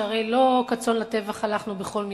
שהרי לא כצאן לטבח הלכנו בכל מקרה.